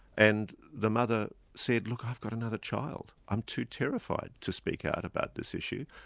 and the mother said, look, i've got another child i'm too terrified to speak out about this issue.